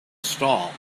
stall